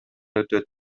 өтөт